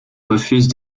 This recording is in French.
refuse